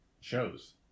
shows